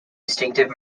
distinctive